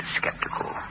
skeptical